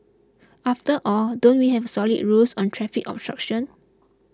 after all don't we have solid rules on traffic obstruction